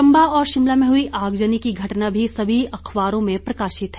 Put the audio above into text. चंबा और शिमला में हई आगजनी की घटना भी सभी अखबारों में प्रकाशित है